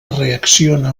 reacciona